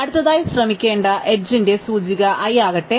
അതിനാൽ അടുത്തതായി ശ്രമിക്കേണ്ട എഡ്ജിന്റെ സൂചിക i ആകട്ടെ